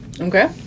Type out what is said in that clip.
Okay